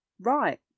right